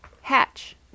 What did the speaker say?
Hatch